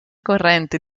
corrente